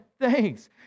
thanks